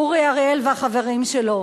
אורי אריאל והחברים שלו.